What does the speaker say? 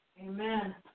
Amen